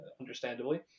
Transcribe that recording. understandably